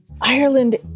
Ireland